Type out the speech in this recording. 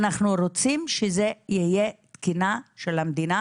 אנחנו רוצים שזו תהיה תקינה של המדינה,